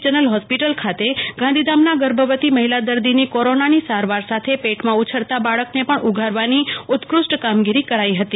general hospital ખ તે ગ ંધીધ મન ગર્ભવતી મહિલ દર્દીને કોરોન ની સ રવ ર સ થે પેટમં ઉછરત બ ળકને પણ ઉગ રવ ની ઉત્કૃષ્ટ ક મગીરી કર ઈ હતી